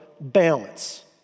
balance